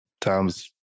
times